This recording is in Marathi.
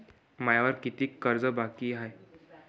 मायावर कितीक कर्ज बाकी हाय?